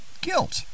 guilt